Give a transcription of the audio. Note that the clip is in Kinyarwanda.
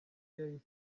yahise